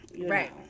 Right